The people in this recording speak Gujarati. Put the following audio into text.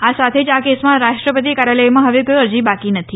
આ સાથે જ આ કેસમાં રાષ્ટ્રપતિ કાર્યાલયમાં ફવે કોઇ અરજી બાકી નથી